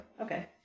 Okay